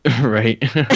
right